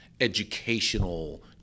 educational